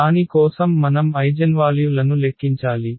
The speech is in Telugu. దాని కోసం మనం ఐగెన్వాల్యు లను లెక్కించాలి